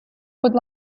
будь